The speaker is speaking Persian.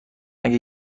اگه